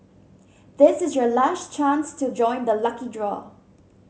this is your last chance to join the lucky draw